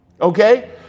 Okay